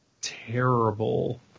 terrible